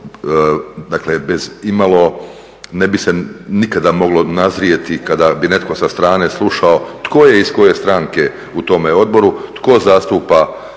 dakle bez imalo, ne bi se nikada moglo nazrijeti kada bi netko sa strane slušao tko je iz koje stranke u tome odboru, tko zastupa